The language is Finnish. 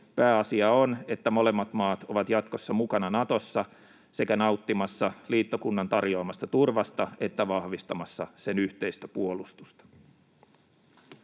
Pääasia on, että molemmat maat ovat jatkossa mukana Natossa sekä nauttimassa liittokunnan tarjoamasta turvasta että vahvistamassa sen yhteistä puolustusta.